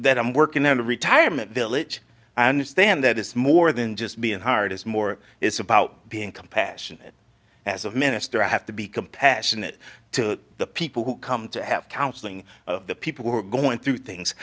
that i'm working in a retirement village and stand that it's more than just being hired as more it's about being compassionate as of minister i have to be compassionate to the people who come to have counseling the people who are going through things